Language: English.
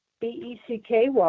BECKY